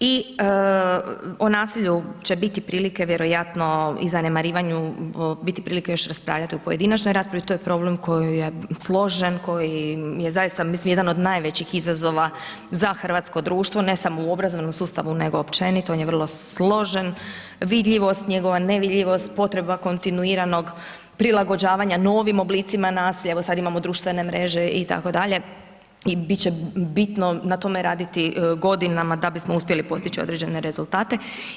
I o nasilju će biti prilike vjerojatno i zanemarivanju biti prilike još raspravljati u pojedinačnoj raspravi, to je problem koji je složen, koji je zaista mislim jedan od najvećih izazova za hrvatsko društvo ne samo u obrazovnom sustavu nego općenito, on je vrlo složen, vidljivost njegova, nevidljivost, potreba kontinuiranog prilagođavanja novim oblicima nasilja, evo sad imamo društvene mreže itd. i biti će bitno na tome raditi godinama da bismo uspjeli postići određene rezultate.